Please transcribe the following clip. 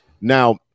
Now